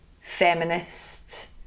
feminist